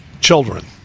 children